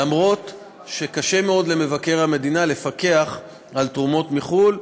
אף-על-פי שקשה מאוד למבקר המדינה לפקח על תרומות מחו"ל,